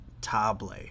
table